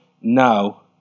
now